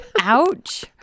Ouch